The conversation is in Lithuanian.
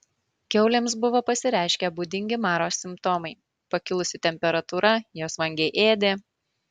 kiaulėms buvo pasireiškę būdingi maro simptomai pakilusi temperatūra jos vangiai ėdė